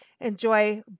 Enjoy